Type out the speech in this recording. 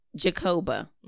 Jacoba